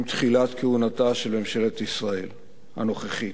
תחילת כהונתה של ממשלת ישראל הנוכחית.